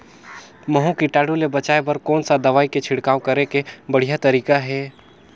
महू कीटाणु ले बचाय बर कोन सा दवाई के छिड़काव करे के बढ़िया तरीका हे?